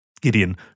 Gideon